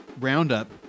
Roundup